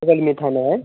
बगल में थाना है